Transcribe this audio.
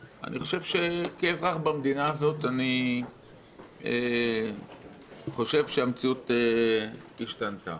כאזרח במדינה הזאת אני חושב שהמציאות השתנתה.